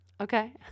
Okay